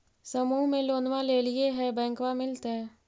समुह मे लोनवा लेलिऐ है बैंकवा मिलतै?